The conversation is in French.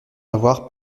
avoir